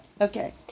Okay